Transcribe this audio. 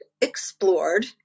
explored